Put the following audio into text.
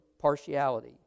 partiality